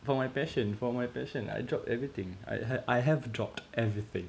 for my passion for my passion I drop everything I ha~ I have dropped everything